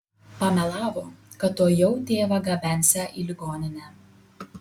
pamelavo kad tuojau tėvą gabensią į ligoninę